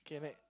okay next